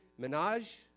Minaj